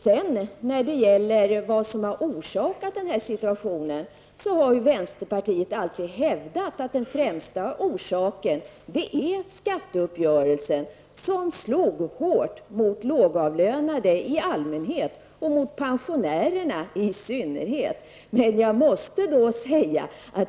När det sedan gäller vad som orsakat den här situationen har vänsterpartiet alltid hävdat att den främsta orsaken är skatteuppgörelsen. Den slog hårt mot lågavlönade i allmänhet och mot pensionärerna i synnerhet.